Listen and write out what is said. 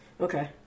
Okay